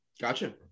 Gotcha